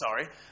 sorry